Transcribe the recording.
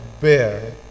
bear